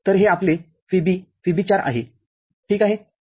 तर हे आपले VB VB४ आहे ठीक आहे